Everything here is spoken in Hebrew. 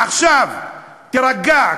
עכשיו תירגע,